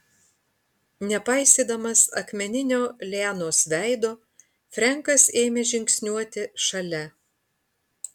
nepaisydamas akmeninio lianos veido frenkas ėmė žingsniuoti šalia